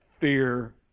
fear